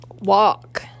walk